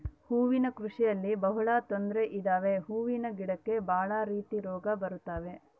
ಹೂವಿನ ಕೃಷಿಯಲ್ಲಿ ಬಹಳ ತೊಂದ್ರೆ ಇದಾವೆ ಹೂವಿನ ಗಿಡಕ್ಕೆ ಭಾಳ ರೀತಿ ರೋಗ ಬರತವ